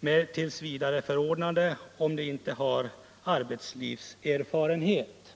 med tillsvidareförordnande om de inte har arbetslivserfarenhet.